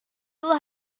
will